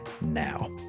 now